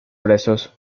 presos